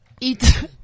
eat